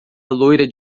loira